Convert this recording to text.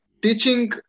teaching